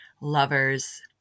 lovers